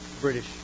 British